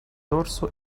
dorso